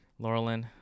Laurelin